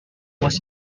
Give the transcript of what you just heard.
was